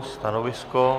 Stanovisko?